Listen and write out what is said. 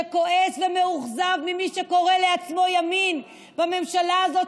שכועס ומאוכזב ממי שקורא לעצמו ימין בממשלה הזאת,